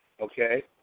okay